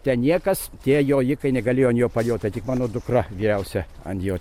ten niekas tie jojikai negalėjo ant jo pajot tai tik mano dukra vyriausia ant jo